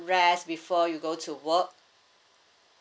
rest before you go to work